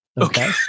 Okay